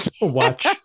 watch